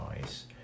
nice